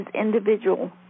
individual